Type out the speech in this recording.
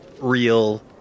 real